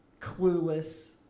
clueless